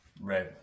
Right